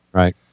right